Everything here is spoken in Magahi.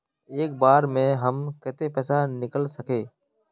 एक बार में हम केते पैसा निकल सके?